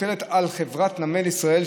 מוטלת על חברת נמל ישראל,